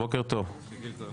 בוקר טוב.